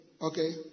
okay